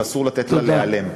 ואסור לתת לה להיעלם.